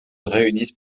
réunissent